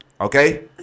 okay